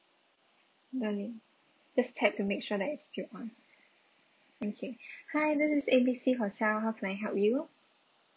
darling just clap to make sure that it's still on okay hi this is A B C hotel how can I help you